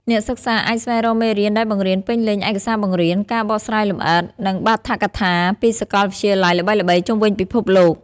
អ្នកសិក្សាអាចស្វែងរកមេរៀនដែលបង្រៀនពេញលេញ ឯកសារបង្រៀន ការបកស្រាយលម្អិត និងបាឋកថាពីសាកលវិទ្យាល័យល្បីៗជុំវិញពិភពលោក។